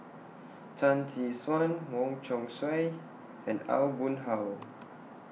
Tan Tee Suan Wong Chong Sai and Aw Boon Haw